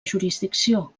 jurisdicció